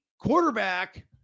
quarterback